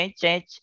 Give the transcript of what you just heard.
change